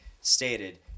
stated